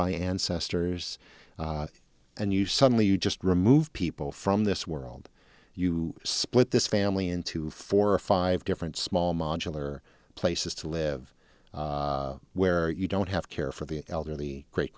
by ancestors and you suddenly you just remove people from this world you split this family into four or five different small modular places to live where you don't have care for the elderly great